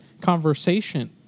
conversation